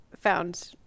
found